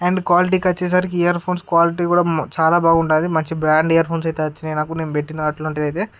and క్వాలిటీకి వచ్చేసరికి earphones quality కూడా చాలా బాగుంటుంది మంచి బ్రాండ్ ఇయర్ఫోన్స్ అయితే వచ్చినాయి నాకు నేను పెట్టిన అట్లాంటిది అయితే